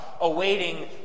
awaiting